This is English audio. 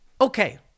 Okay